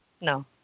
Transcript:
no